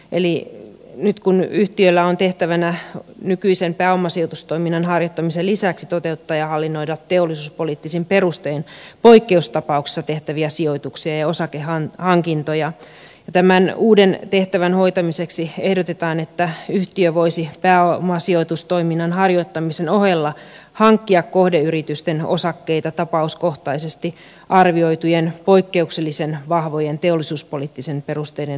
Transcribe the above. eli nyt kun yhtiöllä on tehtävänä nykyisen pääomasijoitustoiminnan harjoittamisen lisäksi toteuttaa ja hallinnoida teollisuuspoliittisin perustein poikkeustapauksessa tehtäviä sijoituksia ja osakehankintoja tämän uuden tehtävän hoitamiseksi ehdotetaan että yhtiö voisi pääomasijoitustoiminnan harjoittamisen ohella hankkia kohdeyritysten osakkeita tapauskohtaisesti arvioitujen poikkeuksellisen vahvojen teollisuuspoliittisten perusteiden nojalla